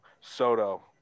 Soto